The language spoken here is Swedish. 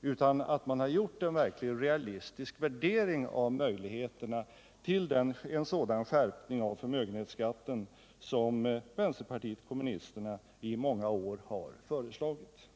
utan att man har gjort en realistisk värdering av möjligheterna till en sådan skärpning av förmögenhetsskatten som vänsterpartiet kommunisterna i många år har föreslagit.